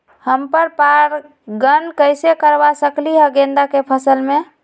हम पर पारगन कैसे करवा सकली ह गेंदा के फसल में?